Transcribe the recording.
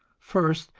first,